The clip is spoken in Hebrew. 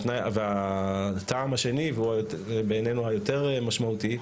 והטעם השני והוא בעינינו היותר משמעותי,